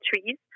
trees